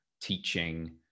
teaching